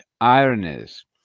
ironies